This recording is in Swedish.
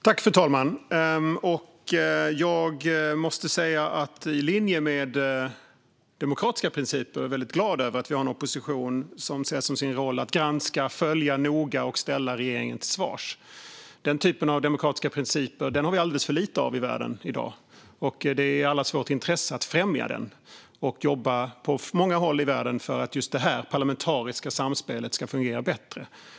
Fru talman! Jag måste säga att jag i linje med demokratiska principer är väldigt glad över att vi har en opposition som ser som sin roll att granska, noga följa och ställa regeringen till svars. Den typen av demokratiska principer har vi alldeles för lite av i världen i dag. Det ligger i allas vårt intresse att främja dem och jobba på många håll i världen för att just det här parlamentariska samspelet ska fungera bättre.